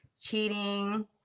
cheating